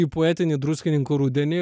į poetinį druskininkų rudenį